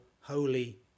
holy